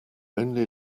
only